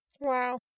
Wow